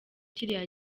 kiriya